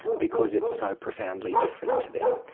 because it's so profoundly different to them.